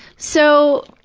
so.